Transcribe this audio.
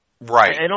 Right